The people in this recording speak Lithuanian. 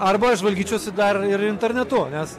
arba žvalgyčiausi dar ir internetu nes